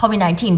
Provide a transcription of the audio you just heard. COVID-19